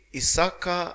Isaka